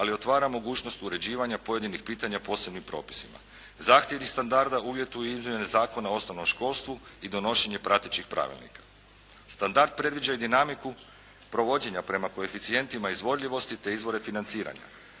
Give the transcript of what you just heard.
ali otvara mogućnost uređivanja pojedinih pitanja posebnim propisima. Zahtjevi standarda uvjetuju izmjene Zakona o osnovnom školstvu i donošenje pratećih pravilnika. Standard predviđa i dinamiku provođenja prema koeficijentima izvodljivosti te izvore financiranja.